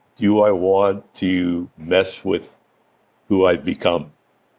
do i want to mess with who i've become?